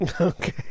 Okay